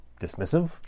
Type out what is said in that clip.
dismissive